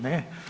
Ne.